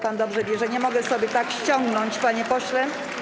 Pan dobrze wie, że nie mogę sobie tak ściągnąć, panie pośle.